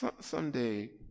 Someday